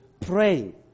praying